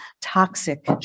toxic